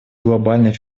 глобальный